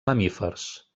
mamífers